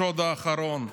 השוד האחרון.